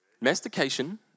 mastication